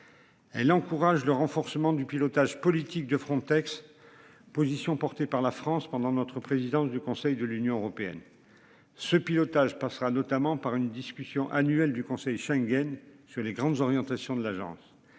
Elle encouragent le renforcement du pilotage politique de Frontex. Position porté par la France pendant notre présidence du Conseil de l'Union européenne. Ce pilotage passera notamment par une discussion annuelle du conseil Schengen sur les grandes orientations de l'agence